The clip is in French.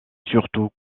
surtout